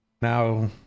Now